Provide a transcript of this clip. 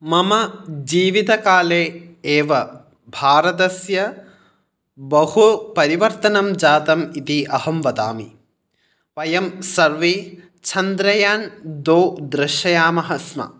मम जीवितकाले एव भारतस्य बहु परिवर्तनं जातम् इति अहं वदामि वयं सर्वे छन्द्रयान् दो दृश्ययामः स्म